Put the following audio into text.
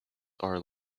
are